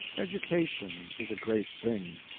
education is a great thing.